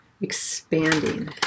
expanding